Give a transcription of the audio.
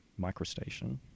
microstation